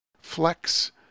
Flex